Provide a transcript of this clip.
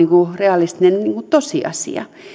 realistinen tosiasia